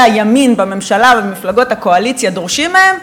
הימין בממשלה ובמפלגות הקואליציה דורשים מהם,